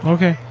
Okay